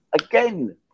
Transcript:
again